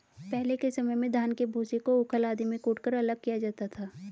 पहले के समय में धान के भूसे को ऊखल आदि में कूटकर अलग किया जाता था